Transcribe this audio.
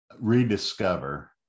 rediscover